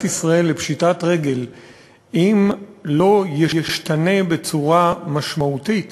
ישראל לפשיטת רגל אם לא ישתנה בצורה משמעותית